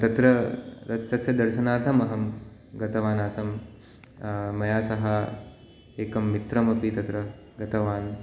तत्र सस् तस्य दर्शनार्थम् अहं गतवानासम् मया सह एकं मित्रम् अपि तत्र गतवान्